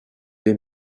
des